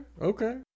okay